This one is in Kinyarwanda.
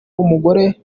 umugore